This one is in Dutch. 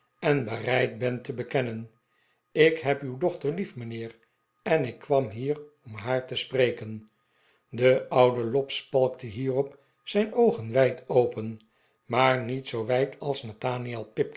en bereid ben te bekennen ik heb uw dochter lief mijnheer en ik kwam hier om haar te spreken de oude lobbs spalkte hierop zijn oogen wijd open maar niet zoo wijd als nathaniel